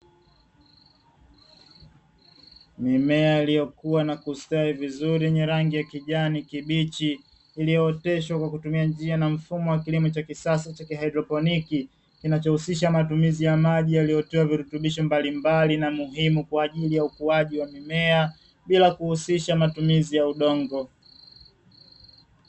Mimea iliyokua na kustawi vizuri yenye rangi ya kijani kibichi, iliyooteshwa kwa kutumia njia na mfumo wa kisasa wa kilimo cha kihaidroponiki. kinachohusisha matumizi ya maji yaletayo virutubisho mbalimbali na muhimu kwa ajili ukuaji wa mimea bila kuhusisha matumizi ya udongo.